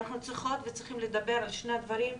ואנחנו צריכות וצריכים לדבר על שני הדברים,